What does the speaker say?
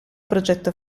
progetto